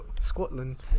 scotland